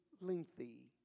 lengthy